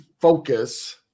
focus